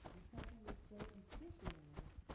because we were so efficient at it,